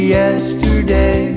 yesterday